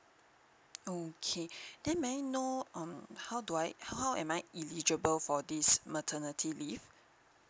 okay then may I know um how do I how am I eligible for this maternity leave